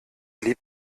lieb